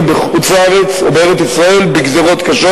בחוץ-לארץ או בארץ-ישראל בגזירות קשות,